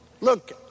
Look